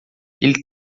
ele